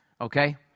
okay